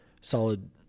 solid